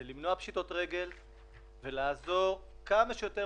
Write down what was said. הוא למנוע פשיטות רגל ולעזור כמה שיותר